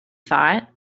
thought